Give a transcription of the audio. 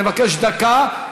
אני מבקש דקה,